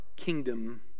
kingdom